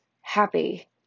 happy